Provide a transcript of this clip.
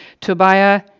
Tobiah